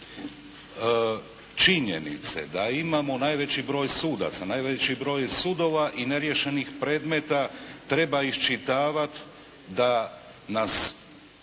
činjenice da imamo najveći broj sudaca, najveći broj sudova i ne riješenih predmeta, treba iščitavati da nas